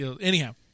anyhow